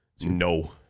no